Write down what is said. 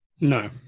No